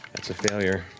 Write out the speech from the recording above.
that's a failure.